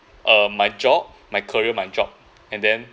uh my job my career my job and then